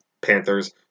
Panthers